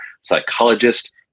psychologist